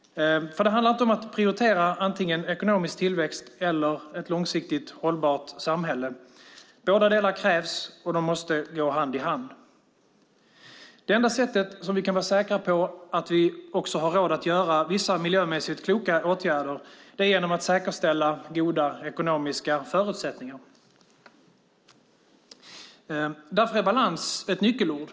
Det handlar inte om att prioritera antingen ekonomisk tillväxt eller ett långsiktigt hållbart samhälle. Båda delar krävs, och de måste gå hand i hand. Det enda sättet vi kan vara säkra på att vi också har råd att vidta vissa miljömässigt kloka åtgärder är genom att säkerställa goda ekonomiska förutsättningar. Därför är balans ett nyckelord.